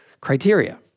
criteria